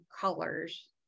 colors